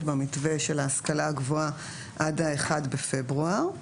במתווה של ההשכלה הגבוהה עד ה-1 בפברואר,